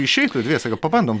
išeitų dviese gal pabandom